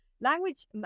language